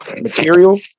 material